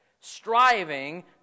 striving